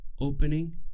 opening